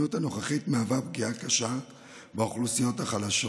המדיניות הנוכחית מהווה פגיעה קשה באוכלוסיות החלשות.